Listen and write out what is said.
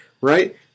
right